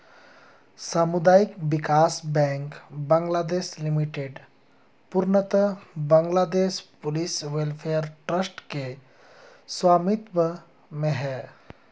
सामुदायिक विकास bank Bangladesh limited पूर्णतः बांग्लादेश पुलिस वेलफेयर ट्रस्ट के स्वामित्व में है